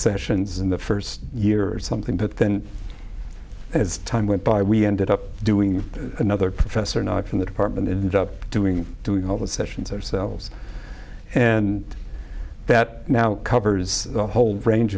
sessions in the first year or something but then as time went by we ended up doing another professor not from the department and up doing doing all the sessions ourselves and that now covers a whole range